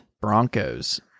Broncos